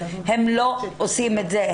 הם לא עושים את זה,